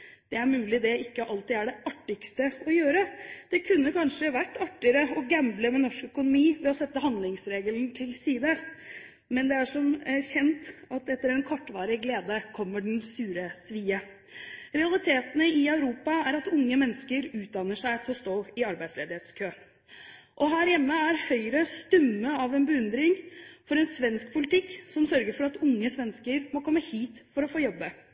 Det er mulig at det ikke alltid er det artigste å gjøre – det kunne kanskje vært artigere å gamble med norsk økonomi ved å sette handlingsregelen til side. Men som kjent: Etter en kortvarig glede kommer den sure svie. Realitetene i Europa er at unge mennesker utdanner seg til å stå i arbeidsledighetskø. Her hjemme er Høyre stum av beundring for en svensk politikk som sørger for at unge svensker må komme hit for å få jobbe.